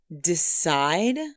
decide